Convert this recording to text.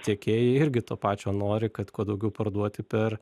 tiekėjai irgi to pačio nori kad kuo daugiau parduoti per